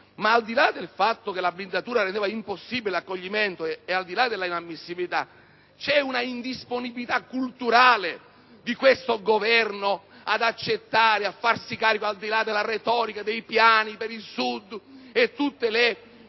Al di là del fatto che la blindatura rendeva impossibile l'accoglimento e al di là dell'inammissibilità, c'è una indisponibilità culturale di questo Governo, al di là della retorica, dei piani per il Sud e di tutte le